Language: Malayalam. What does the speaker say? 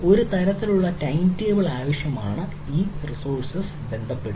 ഒരു തരത്തിലുള്ള ടൈംടേബിൾ ആവശ്യമാണ് ഈ റിസോഴ്സ്സ് ബന്ധപ്പെടുത്താൻ